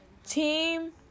Team